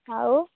ଆଉ